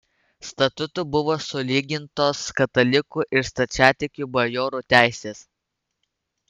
statutu buvo sulygintos katalikų ir stačiatikių bajorų teisės